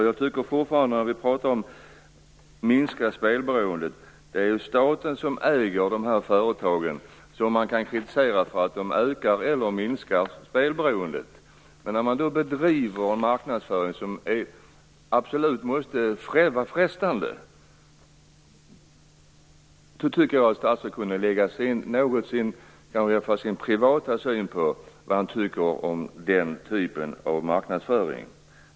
Jag tycker fortfarande att det är staten, som ju äger de här företagen, som skall kritiseras för att den ökar eller minskar spelberoendet. Man bedriver en marknadsföring som absolut måste anses som frestande. Jag tycker att statsrådet i alla fall skulle kunna ge sin privata syn på hur han ser på denna typ av marknadsföring.